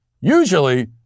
Usually